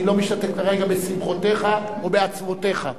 אני לא משתתף כרגע בשמחותיך או בעצבותך.